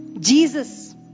Jesus